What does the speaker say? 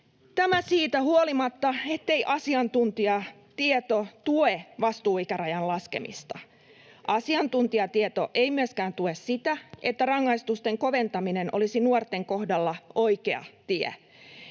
Tämä siitä huolimatta, ettei asiantuntijatieto tue vastuuikärajan laskemista. Asiantuntijatieto ei myöskään tue sitä, että rangaistusten koventaminen olisi nuorten kohdalla oikea tie.